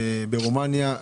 ברומניה,